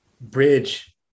bridge